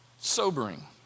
Sobering